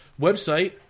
website